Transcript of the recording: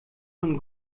von